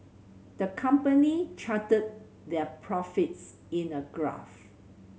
the company charted their profits in a graph